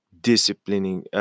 disciplining